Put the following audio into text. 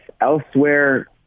elsewhere